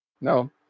no